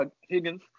Higgins